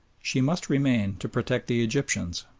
she must remain to protect the egyptians,